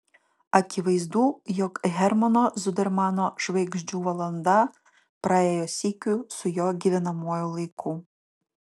akivaizdu jog hermano zudermano žvaigždžių valanda praėjo sykiu su jo gyvenamuoju laiku